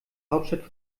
hauptstadt